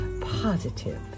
positive